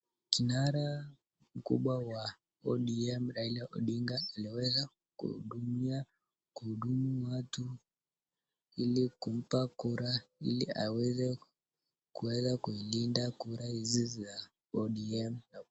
Kinara mkubwa wa ODM Raila Odinga anaweza kuhudumia kuhudumu watu ili kumpa kura ili aweze kuweza kuilinda kura hizi za ODM .